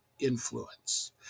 influence